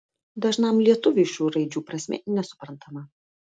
dažnam lietuviui šių raidžių prasmė nesuprantama